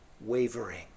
wavering